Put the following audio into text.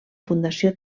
fundació